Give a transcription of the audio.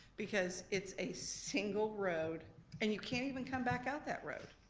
because it's a single road and you can't even come back out that road.